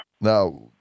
Now